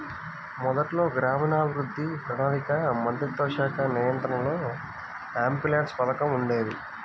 మొదట్లో గ్రామీణాభివృద్ధి, ప్రణాళికా మంత్రిత్వశాఖ నియంత్రణలో ఎంపీల్యాడ్స్ పథకం ఉండేది